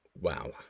wow